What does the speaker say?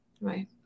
Right